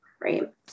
Right